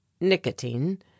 Nicotine